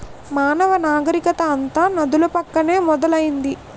మానవ నాగరికత అంతా నదుల పక్కనే మొదలైంది